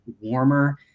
warmer